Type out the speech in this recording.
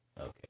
Okay